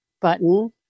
button